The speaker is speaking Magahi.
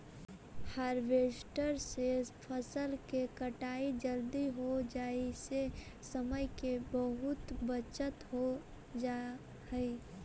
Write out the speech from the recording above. हार्वेस्टर से फसल के कटाई जल्दी हो जाई से समय के बहुत बचत हो जाऽ हई